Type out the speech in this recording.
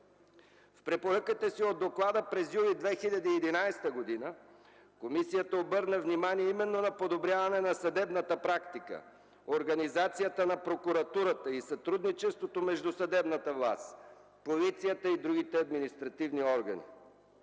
В препоръката си от доклада през юли 2011 г. Комисията обърна внимание именно на подобряване на съдебната практика, организацията на прокуратурата и сътрудничеството между съдебната власт, полицията и другите административни органи.